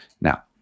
now